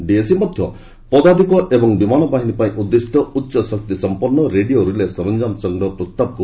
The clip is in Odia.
ଡିଏସି ମଧ୍ୟ ପଦାତିକ ଏବଂ ବିମାନ ବାହିନୀ ପାଇଁ ଉଦ୍ଧିଷ୍ଟ ଉଚ୍ଚ ଶକ୍ତି ସମ୍ପନ୍ନ ରେଡିଓ ରିଲେ ସରଞ୍ଜାମ ସଂଗ୍ରହ ପ୍ରସ୍ତାବକୁ ମଞ୍ଜୁରୀ ଦେଇଛି